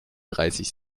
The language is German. dreißig